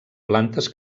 plantes